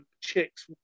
chicks